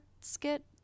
skit